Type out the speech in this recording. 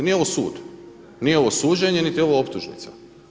Nije ovo sud, nije ovo suđenje, niti je ovo optužnica.